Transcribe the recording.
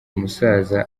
umusaza